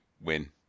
win